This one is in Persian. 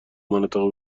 مناطق